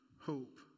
hope